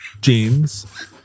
jeans